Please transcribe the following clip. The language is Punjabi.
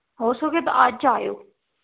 ਹੋ ਸਕੇ ਤਾਂ ਅੱਜ ਆਇਓ